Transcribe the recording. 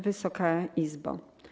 Wysoka Izbo!